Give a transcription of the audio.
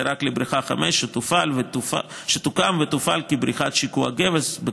רק לבריכה 5 שתוקם ותופעל כבריכת שיקוע גבס,